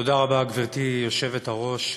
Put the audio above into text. גברתי היושבת-ראש,